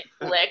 lick